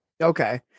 Okay